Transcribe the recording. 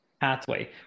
pathway